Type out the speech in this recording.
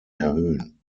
erhöhen